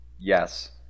Yes